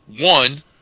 One